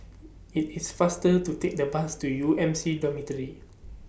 IT IS faster to Take The Bus to U M C Dormitory